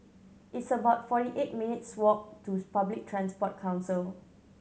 it's about forty eight minutes' walk to Public Transport Council